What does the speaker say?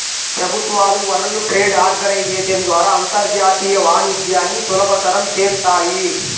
ప్రభుత్వాలు world trade organisation ద్వారా అంతర్జాతీయ వాణిజ్యాన్ని సులభతరం చేత్తాయి